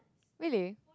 really